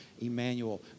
Emmanuel